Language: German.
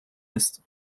ist